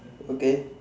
okay